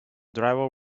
driver